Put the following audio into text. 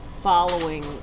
following